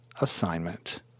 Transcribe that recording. assignment